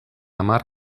hamar